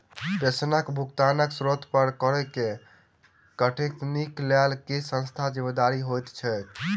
पेंशनक भुगतानक स्त्रोत पर करऽ केँ कटौतीक लेल केँ संस्था जिम्मेदार होइत छैक?